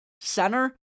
center